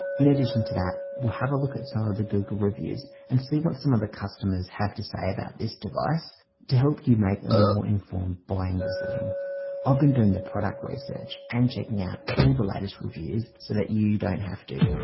in addition to that we'll have a look at some of the google reviews and see what some of the customers have to say about this device to help you make a more informed buying decision i've been doing the product research and checking out all the latest reviews so that you don't have to